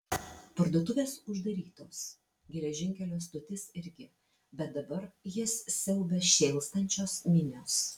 parduotuvės uždarytos geležinkelio stotis irgi bet dabar jas siaubia šėlstančios minios